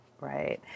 right